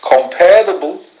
comparable